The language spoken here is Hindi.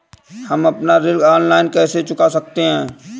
हम अपना ऋण ऑनलाइन कैसे चुका सकते हैं?